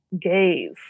gaze